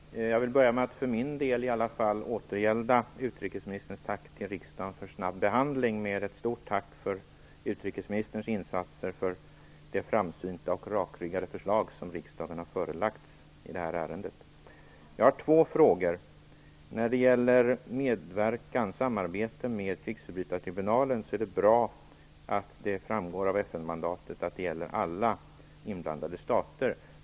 Herr talman! Jag vill börja med att i alla fall för min del återgälda utrikesministerns tack till riksdagen för snabb behandling med ett stort tack för utrikesministerns insatser för det framsynta och rakryggade förslag som riksdagen har förelagts i det här ärendet. Jag har två frågor. När det gäller samarbete med krigstribunalen är det bra att det framgår av FN mandatet att det gäller alla inblandade stater.